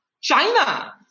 China